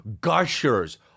Gushers